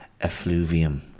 effluvium